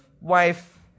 wife